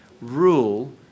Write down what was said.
rule